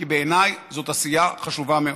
כי בעיניי זאת עשייה חשובה מאוד.